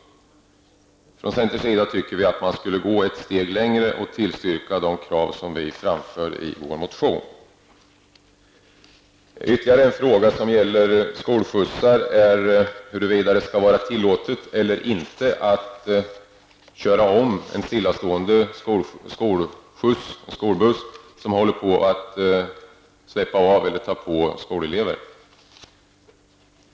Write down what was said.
Från centerns sida tycker vi att man skulle gå ett steg längre och tillstyrka de krav som vi framför i vår motion. Ytterligare en fråga som gäller skolskjutsar är huruvida det skall vara tillåtet eller inte att köra om en stillastående skolbuss som håller på att släppa av eller ta på skolelever.